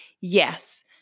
yes